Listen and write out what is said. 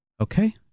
okay